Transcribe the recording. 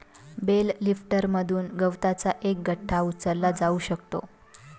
bell लिफ्टरमधून गवताचा एक गठ्ठा उचलला जाऊ शकतो